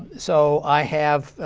so i have,